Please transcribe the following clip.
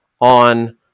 on